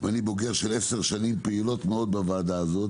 ואני בוגר עשר שנים פעילות מאוד בוועדה הזאת.